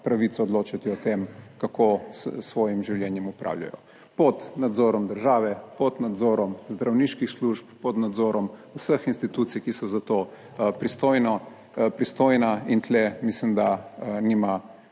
pravico odločati o tem, kako s svojim življenjem opravljajo, pod nadzorom države, pod nadzorom zdravniških služb, pod nadzorom vseh institucij, ki so za to pristojna in tukaj mislim, da nima